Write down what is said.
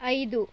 ಐದು